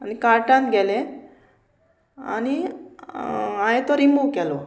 आनी कार्टान गेले आनी हांवें तो रिमूव केलो